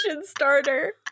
starter